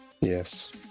Yes